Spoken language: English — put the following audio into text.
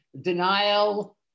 denial